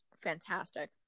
Fantastic